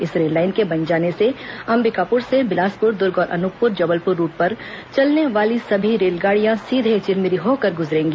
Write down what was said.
इस रेललाइन के बन जाने से अंबिकापुर से बिलासपुर दर्ग और अनूपपुर जबलपुर रूट पर चलने वाली सभी रेलगाड़ियां सीधे चिरमिरी होकर गुजरेंगी